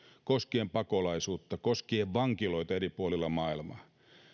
koskien pakolaisuutta koskien vankiloita eri puolilla maailmaa